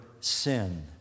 sin